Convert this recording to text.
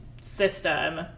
system